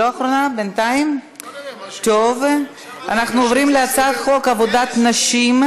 אני קובעת כי הצעת חוק מעמדן של ההסתדרות הציונית